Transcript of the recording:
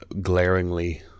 glaringly